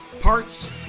parts